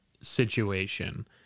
situation